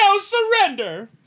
surrender